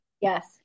yes